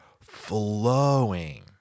flowing